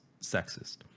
sexist